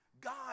God